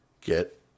get